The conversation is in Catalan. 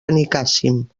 benicàssim